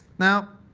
now,